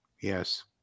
Yes